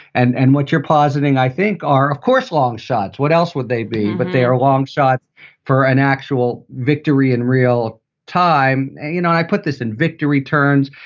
and and what you're positing, i think, are, of course, long shots. what else would they be? but they are long shots for an actual victory in real time you know, i put this in victor returns.